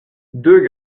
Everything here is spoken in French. deux